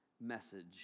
message